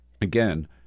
again